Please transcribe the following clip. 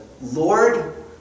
Lord